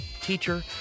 teacher